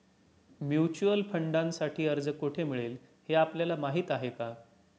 Mutual फंडांसाठी अर्ज कोठे मिळेल हे आपल्याला माहीत आहे का?